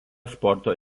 sporto